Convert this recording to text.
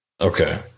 okay